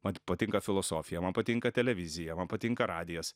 man tik patinka filosofija man patinka televizija man patinka radijas